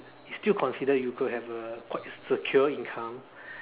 it's still considered you could have a quite secure income